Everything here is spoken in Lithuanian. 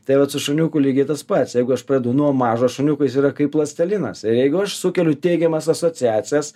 tai vat su šuniuku lygiai tas pats jeigu aš pradedu nuo mažo šuniuko jis yra kaip plastelinas ir jeigu aš sukeliu teigiamas asociacijas